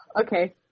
okay